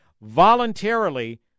voluntarily